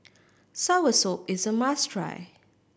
soursop is a must try